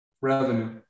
Revenue